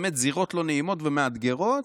באמת זירות לא נעימות ומאתגרות,